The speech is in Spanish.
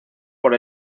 por